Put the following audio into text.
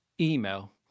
email